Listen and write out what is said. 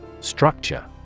Structure